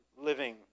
living